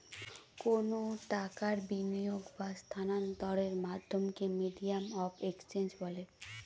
কোনো টাকার বিনিয়োগ বা স্থানান্তরের মাধ্যমকে মিডিয়াম অফ এক্সচেঞ্জ বলে